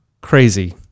crazy